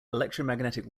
electromagnetic